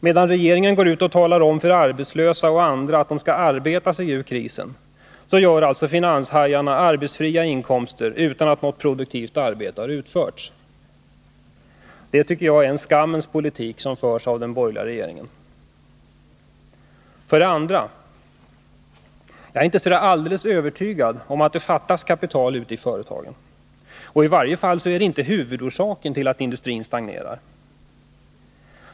Medan regeringen går ut och talar om för de arbetslösa och andra att de skall arbeta sig ur krisen får finanshajarna arbetsfria inkomster — något produktivt arbete utförs inte. Det är en skammens politik som förs av den borgerliga majoriteten. För det andra: Jag är inte alldeles övertygad om att det fattas kapital ute i företagen. Och i varje fall är det inte huvudorsaken till att industrin stagnerar.